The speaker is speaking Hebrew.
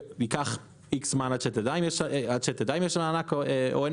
שייקח X זמן עד שתדע אם יש מענק או אין